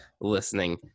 listening